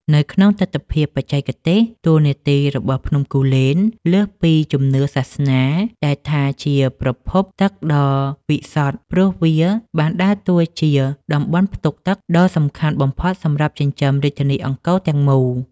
នៅក្នុងទិដ្ឋភាពបច្ចេកទេស តួនាទីរបស់ភ្នំគូលែនលើសពីជំនឿសាសនាដែលថាជាប្រភពទឹកដ៏វិសុទ្ធ ព្រោះវាបានដើរតួជា តំបន់ផ្ទុកទឹក ដ៏សំខាន់បំផុតសម្រាប់ចិញ្ចឹមរាជធានីអង្គរទាំងមូល។